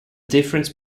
difference